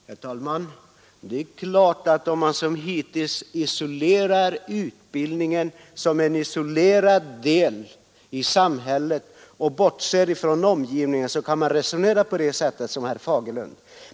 Herr talman! Det är klart att om man som hittills ser utbildningen som en isolerad del i samhället och bortser från omgivningen, kan man resonera som herr Fagerlund.